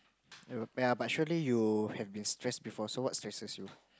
ya but surely you have been stressed before so what stresses you